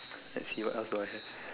let's see what else do I have